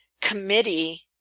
committee